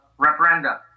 referenda